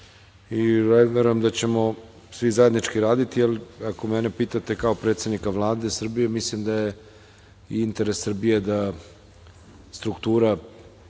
da ćemo svi zajednički raditi, ali ako mene pitate kao predsednika Vlade Srbije mislim da je i interes Srbije da struktura